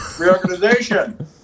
reorganization